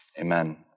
Amen